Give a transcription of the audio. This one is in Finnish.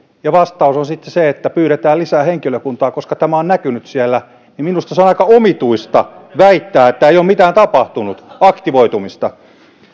ja vastaus on sitten se että pyydetään lisää henkilökuntaa koska tämä on näkynyt siellä niin minusta on aika omituista väittää että ei ole mitään aktivoitumista